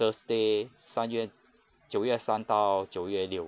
thursday 三月 j~ 九月三到九月六